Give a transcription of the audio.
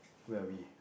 where are we